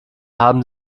haben